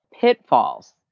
pitfalls